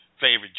favorite